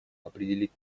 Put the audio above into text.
определить